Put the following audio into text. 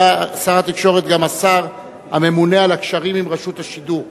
היה שר התקשורת גם השר הממונה על הקשרים עם רשות השידור,